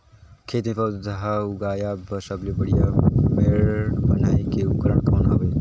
खेत मे पौधा उगाया बर सबले बढ़िया मेड़ बनाय के उपकरण कौन हवे?